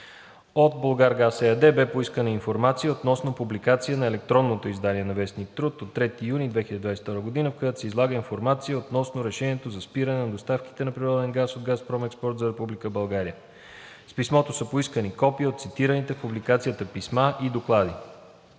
От „Булгаргаз“ ЕАД беше поискана и информация относно публикация на електронното издание на вестник „Труд“ от 3 юни 2022 г., в която се излага информация относно решението за спиране на доставките на природен газ от ООО „Газпром Експорт“ за Република България. С писмото са поискани копия от цитираните в публикацията писма и доклади.